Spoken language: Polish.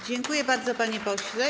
Dziękuję bardzo, panie pośle.